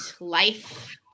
life